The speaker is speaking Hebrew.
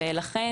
לכן,